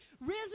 Risen